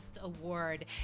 Award